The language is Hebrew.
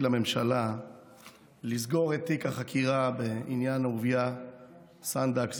לממשלה לסגור את תיק החקירה בעניין אהוביה סנדק,